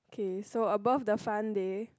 okay so above the fun day